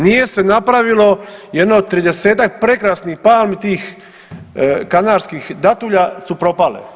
Nije se napravilo i jedna od 30-ak prekrasnih palmi tih kanarskih datulja su propale.